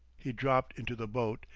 he dropped into the boat,